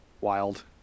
Wild